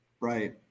Right